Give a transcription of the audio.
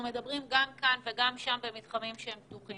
מדברים גם כאן וגם שם במתחמים פתוחים?